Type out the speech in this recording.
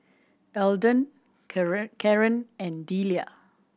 Eldon Caren Caren and Delia